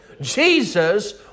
Jesus